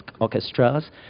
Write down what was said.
orchestras